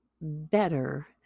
better